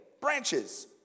branches